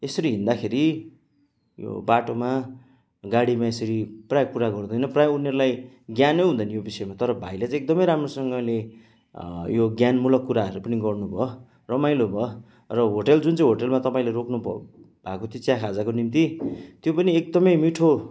यसरी हिँड्दाखेरि यो बाटोमा गाडीमा यसरी प्राय कुरा गर्दैन प्राय उनीहरूलाई ज्ञानै हुँदैन यो विषयमा तर भाइले चाहिँ एकदमै राम्रोसँगले यो ज्ञान मूलक कुराहरू पनि गर्नु भयो रमाइलो भयो र होटेल जुन चाहिँ होटेलमा तपाईँले रोक्नु भएको थियो चिया खाजाको निम्ति त्यो पनि एकदमै मिठो